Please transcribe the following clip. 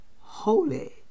holy